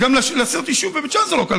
גם לעשות יישוב בית שאן זה לא כלכלי.